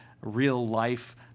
real-life